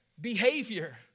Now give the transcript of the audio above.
behavior